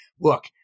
look